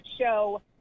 show